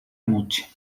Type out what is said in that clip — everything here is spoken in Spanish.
moche